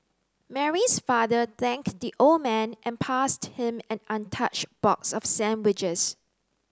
Mary's father thanked the old man and passed him an untouched box of sandwiches